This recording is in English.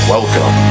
Welcome